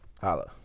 Holla